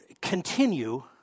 continue